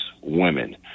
women